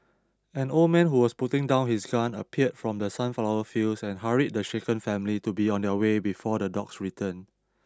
an old man who was putting down his gun appeared from the sunflower fields and hurried the shaken family to be on their way before the dogs return